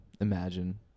Imagine